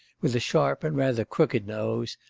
with a sharp and rather crooked nose,